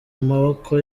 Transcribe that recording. amaboko